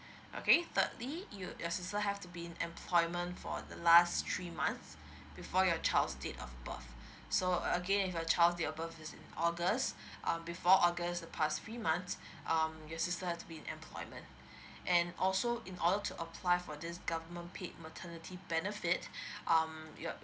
okay thirdly you your sister have to be in employment for the last three months before your child's date of birth so again if the child's date of birth is in august um before august the pass three months um your sister has to be in employment and also in order to apply for this government paid maternity benefits um you're